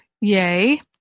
Yay